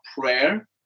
prayer